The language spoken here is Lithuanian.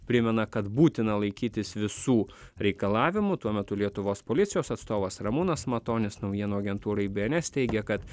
primena kad būtina laikytis visų reikalavimų tuo metu lietuvos policijos atstovas ramūnas matonis naujienų agentūrai bns teigė kad